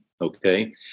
okay